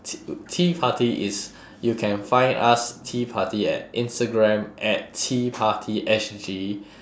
t~ tea party is you can find us tea party at instagram at tea party S_G